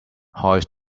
hoist